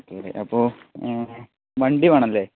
okay അപ്പോൾ വണ്ടി വേണമല്ലേ